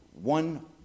one